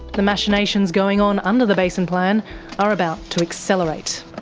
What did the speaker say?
the machinations going on under the basin plan are about to accelerate.